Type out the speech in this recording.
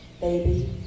Baby